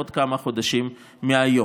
עוד כמה חודשים מהיום.